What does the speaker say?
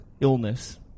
illness